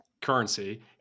currency